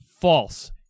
False